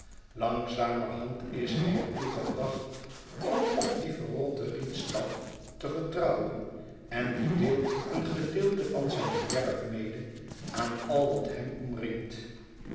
langzamerhand is hij er toe gebracht om op dien verrotten rietstaf te vertrouwen en die deelt een gedeelte van zijn bederf mede aan al wat hem omringt